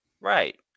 Right